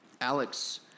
Alex